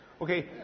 Okay